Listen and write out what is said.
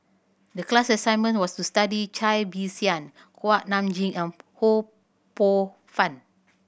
the class assignment was to study Cai Bixia Kuak Nam Jin and Ho Poh Fun